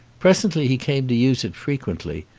presently he came to use it frequently,